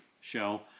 show